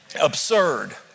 Absurd